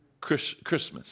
Christmas